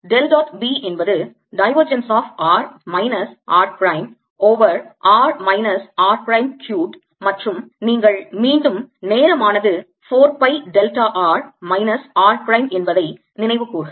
del dot B என்பது divergence of r minus r prime over r minus r prime cubed மற்றும் நீங்கள் மீண்டும் நேரமானது 4 pi delta r minus r prime என்பதை நினைவுகூர்க